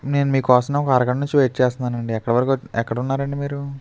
నేను మీ కోసం ఒక అరగంట నుంచి వెయిట్ చేస్తున్న అండి ఎక్కడ వర ఎక్కడున్నారండి మీరు